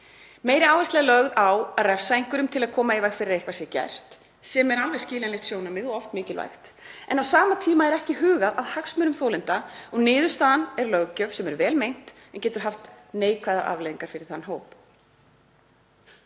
meiri áhersla er lögð á að refsa einhverjum til að koma í veg fyrir að eitthvað sé gert, sem er alveg skiljanlegt sjónarmið og oft mikilvægt, en á sama tíma er ekki hugað að hagsmunum þolenda og niðurstaðan er löggjöf sem er vel meint en getur haft neikvæðar afleiðingar fyrir þann hóp.